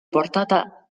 portata